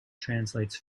translates